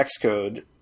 Xcode